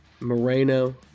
Moreno